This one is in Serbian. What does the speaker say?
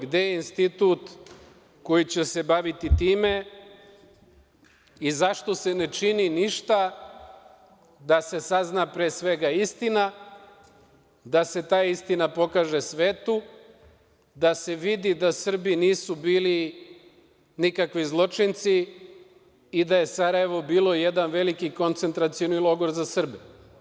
Gde je institut koji će se baviti time i zašto se ne čini ništa da se sazna, pre svega, istina, da se ta istina pokaže svetu, da se vidi da Srbi nisu bili nikakvi zločinci i da je Sarajevo bilo jedan veliki koncentracioni logor za Srbe?